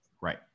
right